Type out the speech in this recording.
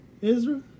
Israel